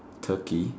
Turkey